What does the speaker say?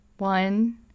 One